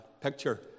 Picture